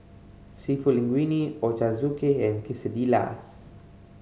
Seafood Linguine Ochazuke and Quesadillas